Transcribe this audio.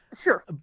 Sure